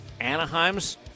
Anaheim's